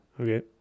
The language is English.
Okay